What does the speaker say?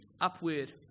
upward